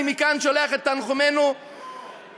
אני מכאן שולח את תנחומינו לרוסיה,